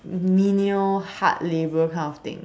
menial hard labour kind of thing